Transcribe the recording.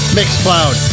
MixCloud